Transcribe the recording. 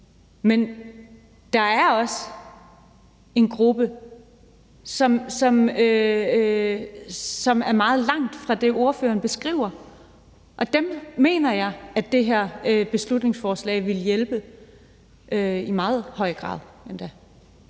men der er også en gruppe, som er meget langt fra det, ordføreren beskriver, og den gruppe mener jeg at det her beslutningsforslag ville hjælpe i endda meget høj grad.